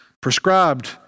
prescribed